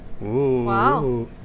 Wow